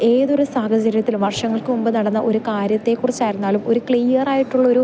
ഏതൊരു സാഹചര്യത്തിലും വർഷങ്ങൾക്ക് മുമ്പ് നടന്ന ഒരു കാര്യത്തെ കുറിച്ചായിരുന്നാലും ഒരു ക്ലിയറായിട്ട് ഉള്ളൊരു